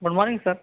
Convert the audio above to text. good morning sir